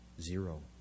Zero